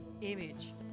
image